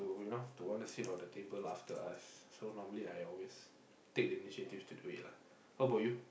you know to want to sit on the table after us so normally I always take the initiative to do it lah how about you